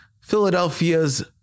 Philadelphia's